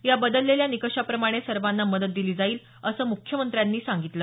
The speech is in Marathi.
या बदललेल्या निकषाप्रमाणे सर्वांना मदत दिली जाईल असं मुख्यमंत्र्यांनी सांगितलं